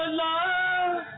love